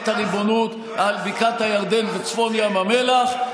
את הריבונות על בקעת הירדן וצפון ים המלח.